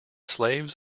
slaves